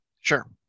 Sure